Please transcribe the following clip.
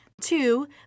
Two